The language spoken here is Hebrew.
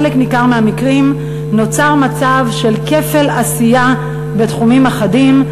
בחלק ניכר מהמקרים נוצר מצב של כפל עשייה בתחומים אחדים,